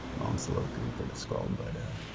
wrong soliloquy for the skull, but